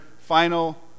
final